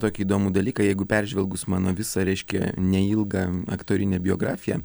tokį įdomų dalyką jeigu peržvelgus mano visą reiškia neilgą aktorinę biografiją